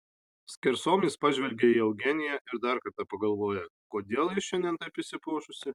skersom jis pažvelgia į eugeniją ir dar kartą pagalvoja kodėl ji šiandien taip išsipuošusi